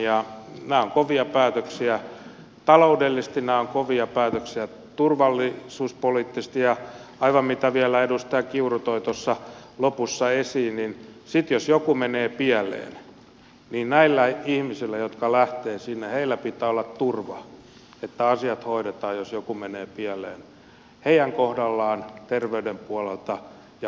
nämä ovat kovia päätöksiä taloudellisesti nämä ovat kovia päätöksiä turvallisuuspoliittisesti ja kuten edustaja kiuru toi aivan tuossa lopussa vielä esiin sitten jos jokin menee pieleen niin näillä ihmisillä jotka lähtevät sinne pitää olla turva että asiat hoidetaan jos jokin menee pieleen heidän kohdallaan terveyden puolelta ja omaisten puolelta